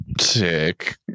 sick